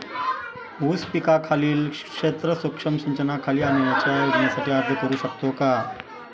ऊस पिकाखालील क्षेत्र सूक्ष्म सिंचनाखाली आणण्याच्या योजनेसाठी अर्ज करू शकतो का?